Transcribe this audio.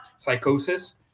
psychosis